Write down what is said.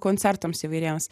koncertams įvairiems